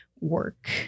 work